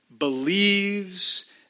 Believes